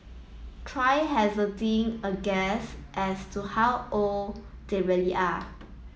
try hazarding a guess as to how old they really are